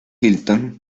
hilton